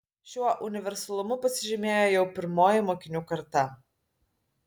šiuo universalumu pasižymėjo jau pirmoji mokinių karta